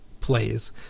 plays